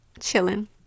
chilling